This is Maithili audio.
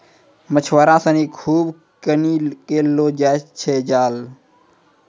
मछुआरा सिनि खूब किनी कॅ लै जाय छै जाल